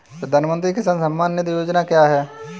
प्रधानमंत्री किसान सम्मान निधि योजना क्या है?